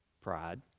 Pride